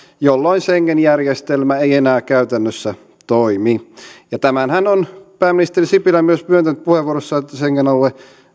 jolloin schengen järjestelmä ei enää käytännössä toimi ja tämänhän on pääministeri sipilä myös myöntänyt puheenvuorossaan että schengen alue